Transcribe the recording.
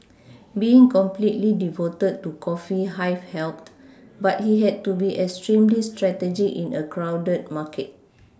being completely devoted to coffee Hive helped but he had to be extremely strategic in a crowded market